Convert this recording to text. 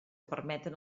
permeten